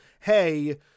hey